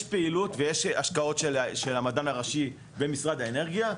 יש פעילות ויש השקעות של המדען הראשי במשרד האנרגיה,